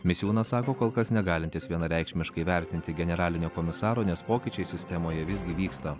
misiūnas sako kol kas negalintis vienareikšmiškai vertinti generalinio komisaro nes pokyčiai sistemoje visgi vyksta